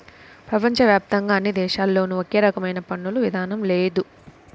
ప్రపంచ వ్యాప్తంగా అన్ని దేశాల్లోనూ ఒకే రకమైన పన్నుల విధానం లేదు